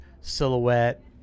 silhouette